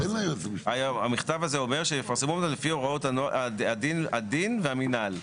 המכתב הזה אומר שיפורסמו לפי הוראות הדין והמינהל.